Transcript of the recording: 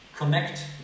connect